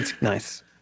nice